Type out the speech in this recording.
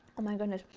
and my goodness,